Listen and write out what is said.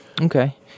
Okay